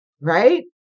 Right